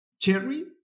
cherry